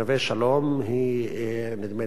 חבר הכנסת נחמן שי אמר זאת,